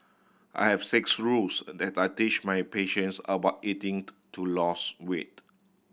I have six rules that I teach my patients about eating to lose weight